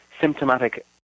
symptomatic